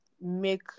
make